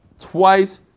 twice